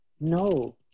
No